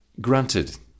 Granted